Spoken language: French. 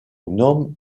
gnome